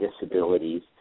disabilities